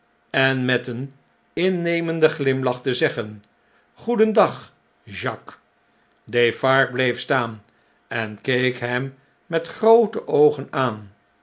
en met een innemenden glimlach te zeggen goedendag jacques defarge bleef staan en keek hem met groote oogen aan